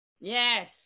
Yes